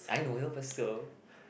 I know you for sure